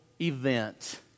event